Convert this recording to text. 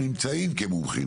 הם נמצאים כמומחים